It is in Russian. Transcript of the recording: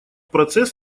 процесс